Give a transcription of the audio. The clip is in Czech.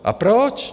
A proč?